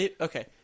Okay